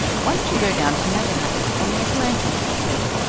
why don't you go down to nagahakett on the atlantic? he said.